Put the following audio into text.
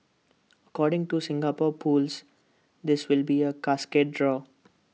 according to Singapore pools this will be A cascade draw